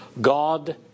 God